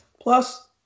Plus